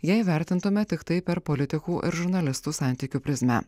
jei vertintume tiktai per politikų ir žurnalistų santykių prizmę